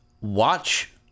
Watch